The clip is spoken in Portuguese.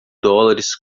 dólares